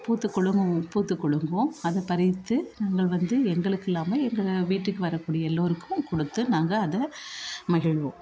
பூத்துக்குலுங்கும் பூத்துக்குலுங்கும் அதை பறித்து நாங்கள் வந்து எங்களுக்கு இல்லாமல் எங்கள் வீட்டுக்கு வரக்கூடிய எல்லோருக்கும் கொடுத்து நாங்கள் அதை மகிழ்வோம்